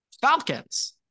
Falcons